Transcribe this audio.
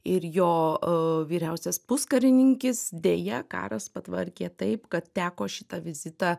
ir jo vyriausias puskarininkis deja karas patvarkė taip kad teko šitą vizitą